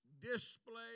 display